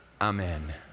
amen